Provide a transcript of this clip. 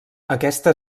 aquesta